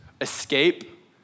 escape